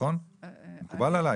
מקובל עלייך?